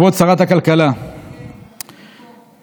כבוד שרת הכלכלה, כן, אני פה.